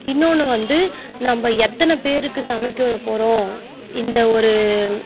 இன்னொன்னு வந்து நம்ம எத்தனைப் பேருக்கு சமைக்க போகிறோம் இந்த ஒரு